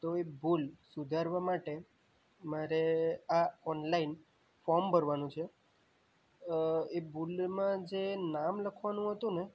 તો એ ભૂલ સુધારવા માટે મારે આ ઓનલાઇન ફોર્મ ભરવાનું છે એ ભૂલમાં જે નામ લખવાનું હતું ને